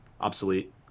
obsolete